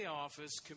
office